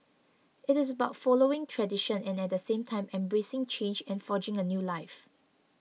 it is about following tradition and at the same time embracing change and forging a new life